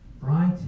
Right